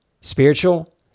Spiritual